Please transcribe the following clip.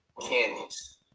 candies